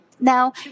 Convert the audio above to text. Now